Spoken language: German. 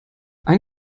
ein